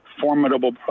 formidable